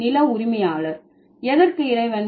நில உரிமையாளர் எதற்கு இறைவன்